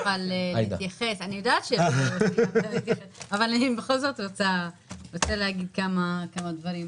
להתייחס אבל בכל זאת אני רוצה לומר כמה דברים,